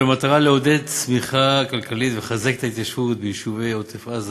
במטרה לעודד צמיחה כלכלית ולחזק את ההתיישבות ביישובי עוטף-עזה,